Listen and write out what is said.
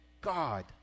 God